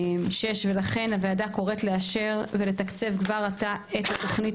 ולכן הוועדה קוראת לאשר ולתקצב כבר עתה את תוכנית